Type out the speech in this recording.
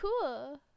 cool